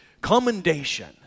commendation